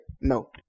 no